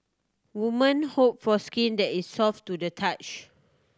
women hope for skin that is soft to the touch